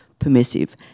permissive